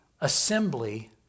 assembly